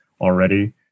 already